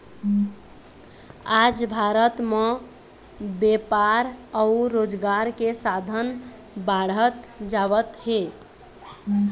आज भारत म बेपार अउ रोजगार के साधन बाढ़त जावत हे